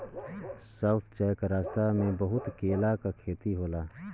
south जाए क रस्ता में बहुत केला क खेती होला